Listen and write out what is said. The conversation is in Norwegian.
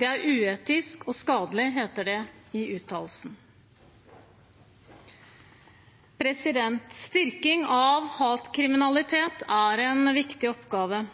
det er uetisk og skadelig, heter det i uttalelsen. Styrking av arbeidet mot hatkriminalitet er en viktig oppgave.